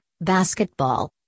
basketball